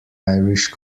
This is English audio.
irish